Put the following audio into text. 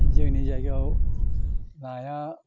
जोंनि जायगायाव नाया